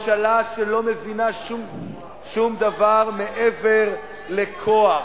זו ממשלה שלא מבינה שום דבר מעבר לכוח.